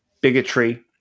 bigotry